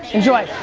enjoy.